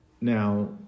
now